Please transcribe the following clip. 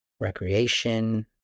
recreation